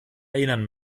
erinnern